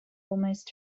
almost